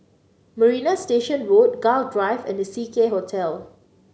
Marina Station Road Gul Drive and The Seacare Hotel